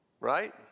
Right